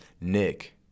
Nick